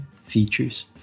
features